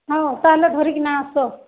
ହଉ ତା'ହେଲେ ଧରିକିନା ଆସ